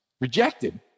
Rejected